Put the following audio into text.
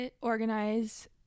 organize